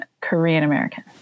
Korean-American